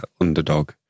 underdog